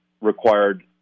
required